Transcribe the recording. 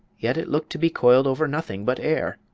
yet it looked to be coiling over nothing but air.